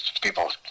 People